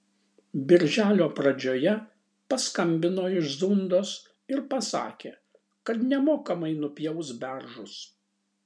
birželio pradžioje paskambino iš zundos ir pasakė kad nemokamai nupjaus beržus